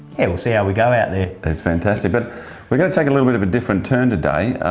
we'll see how we go out there. that's fantastic, but we're going to take a little bit of a different turn today,